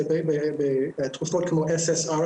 תרופות ssri,